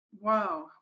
Wow